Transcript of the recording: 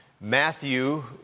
Matthew